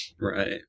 Right